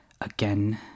again